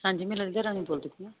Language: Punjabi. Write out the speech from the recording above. ਹਾਂਜੀ ਮੈਂ ਰਾਣੀ ਬੋਲਦੀ ਪਈ ਆ